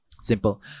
Simple